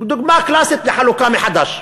דוגמה קלאסית לחלוקה מחדש: